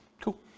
Cool